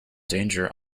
danger